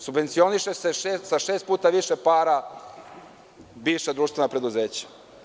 Subvencioniše se sa šest puta više para bivša društvena preduzeća.